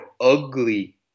ugly